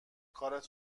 کارت